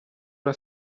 una